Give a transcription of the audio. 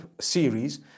series